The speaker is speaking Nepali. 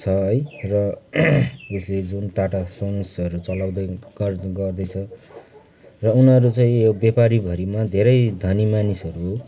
छ है र यसले जुन टाटा सन्सहरू चलाउदै गर गर्दैछ र उनीहरू चाहिँ यो व्यापारीभरिमा धेरै धनी मानिसहरू हो